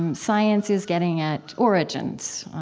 um science is getting at origins.